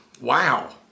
Wow